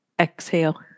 Exhale